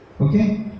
Okay